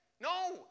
No